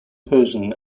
persian